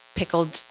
pickled